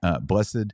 Blessed